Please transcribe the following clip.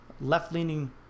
left-leaning